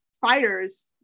fighters